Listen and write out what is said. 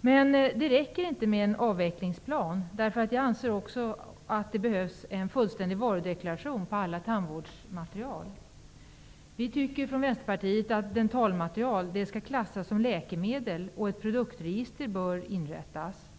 Det räcker emellertid inte med en avvecklingsplan. Jag anser också att det behövs en fullständig varudeklaration för allt tandvårdsmaterial. Från Vänsterpartiet tycker vi att dentalmaterial skall klassas som läkemedel och att ett produktregister bör inrättas.